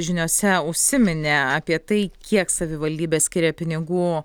žiniose užsiminė apie tai kiek savivaldybė skiria pinigų